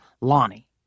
Lonnie